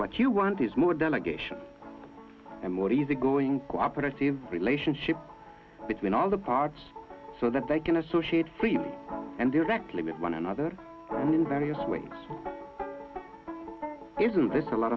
what you want is more delegation and more easygoing cooperative relationship between all the parts so that they can associate freely and directly with one another in various ways isn't this a lot